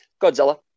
Godzilla